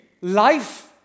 life